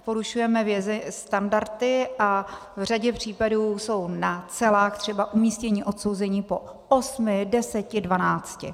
Porušujeme standardy a v řadě případů jsou na celách třeba umístěni odsouzení po osmi, deseti, dvanácti.